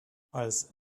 als